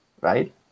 right